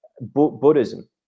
Buddhism